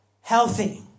healthy